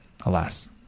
alas